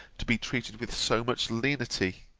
to be treated with so much lenity